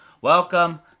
Welcome